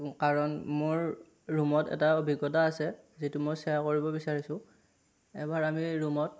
কাৰণ মোৰ ৰুমত এটা অভিজ্ঞতা আছে যিটো মই শ্বেয়াৰ কৰিব বিচাৰিছোঁ এবাৰ আমি ৰুমত